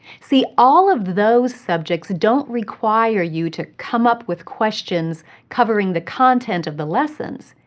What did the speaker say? see, all of those subjects don't require you to come up with questions covering the content of the lessons.